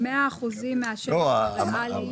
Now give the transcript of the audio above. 100 אחוזים מהשטח הריאלי עד יום